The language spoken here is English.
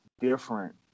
different